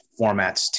formats